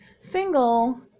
single